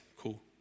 cool